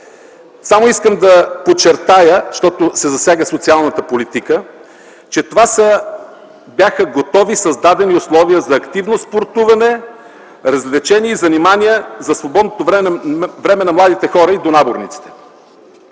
Само искам да подчертая, защото се засяга социалната политика, че това бяха готови, създадени условия за активно спортуване, развлечения и занимания за свободното време на младите хора и донаборниците.